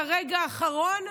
עד הרגע האחרון,